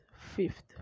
fifth